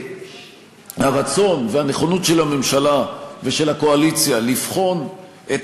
הרצון והנכונות של הממשלה ושל הקואליציה לבחון את